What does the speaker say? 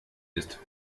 ist